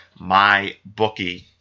MyBookie